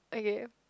okay